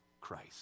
Christ